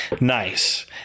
nice